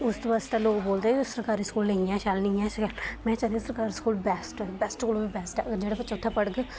उस बास्तै बोलदे सरकारी नेईं ऐ शैल में चाह्न्नीं तुस सरकारी स्कूल बैस्ट कोला बी बैस्ट ऐ होर जेह्ड़ा बच्चा उत्थै पढ़ग